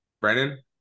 Brennan